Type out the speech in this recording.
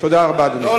תודה רבה, אדוני.